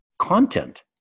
content